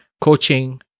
coaching